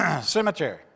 Cemetery